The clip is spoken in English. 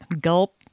gulp